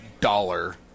dollar